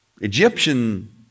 Egyptian